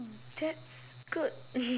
mm that's good